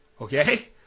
okay